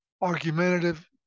argumentative